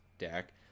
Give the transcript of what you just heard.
deck